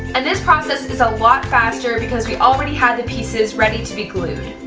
and this process is a lot faster because we already had the pieces ready to be glued.